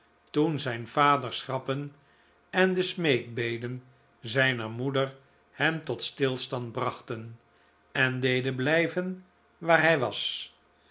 toen zijn vaders grappen en de smeekbeden zijner moeder hem tot stilstand brachten en deden blijven waar hij was